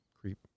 creep